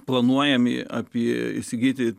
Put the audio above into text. planuojami apie įsigyti